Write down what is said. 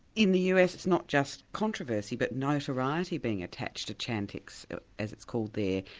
in the us it's not just controversy but notoriety being attached to chantix as it's called there,